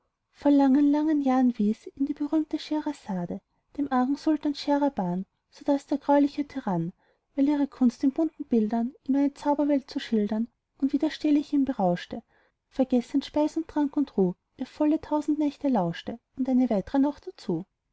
vor langen langen jahren wies ihn die berühmte schehersade dem argen sultan scheherban sodaß der greuliche tyrann weil ihre kunst in bunten bildern ihm eine zauberwelt zu schildern unwiderstehlich ihn berauschte vergessend speis und trank und ruh ihr volle tausend nächte lauschte und eine weitre noch dazu